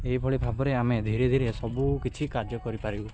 ଏଇଭଳି ଭାବରେ ଆମେ ଧୀରେ ଧୀରେ ସବୁ କିଛି କାର୍ଯ୍ୟ କରିପାରିବୁ